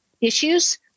Issues